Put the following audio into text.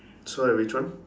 sorry which one